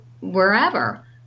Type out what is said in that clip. wherever